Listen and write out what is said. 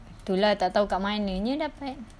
tu lah tak tahu kat mananya dapat